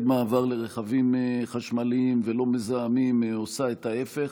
מעבר לרכבים חשמליים ולא מזהמים עושה את ההפך.